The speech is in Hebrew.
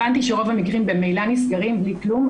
הבנתי שרוב המקרים במילא נסגרים בלי כלום,